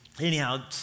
anyhow